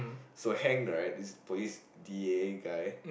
so Hank right this police d_e_a guy